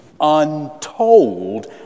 untold